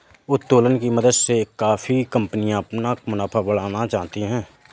उत्तोलन की मदद से काफी कंपनियां अपना मुनाफा बढ़ाना जानती हैं